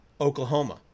Oklahoma